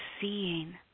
seeing